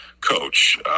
coach